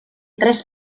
tres